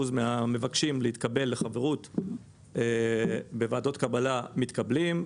מהמבקשים להתקבל לחברות בוועדות קבלה מתקבלים.